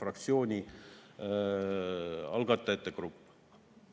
fraktsiooni algatajate grupp.